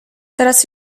teraz